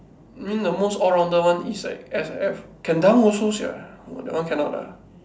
mean the most all rounder one is like S_F can dunk also sia !wah! that one cannot ah